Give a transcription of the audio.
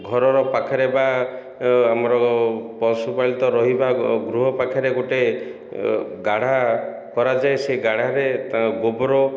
ଘରର ପାଖରେ ବା ଆମର ପଶୁପାଳିତ ରହିବା ଗୃହ ପାଖରେ ଗୋଟିଏ ଗାଢ଼ା କରାଯାଏ ସେ ଗାଢ଼ାରେ ତା' ଗୋବର